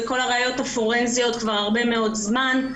וכל הראיות הפורנזיות כבר הרבה מאוד זמן.